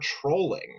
trolling